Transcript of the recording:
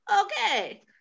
Okay